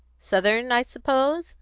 southern, i suppose?